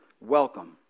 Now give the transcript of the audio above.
welcome